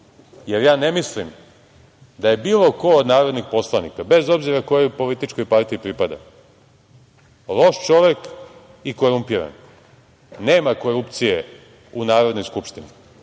Ja ne mislim da je bilo ko od narodnih poslanika, bez obzira kojoj političkoj partiji pripada, loš čovek i korumpiran. Nema korupcije u Narodnoj skupštini. Vidim